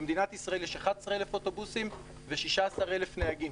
במדינת ישראל יש 11,000 אוטובוסים ו-16,000 נהגים.